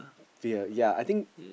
fear ya I think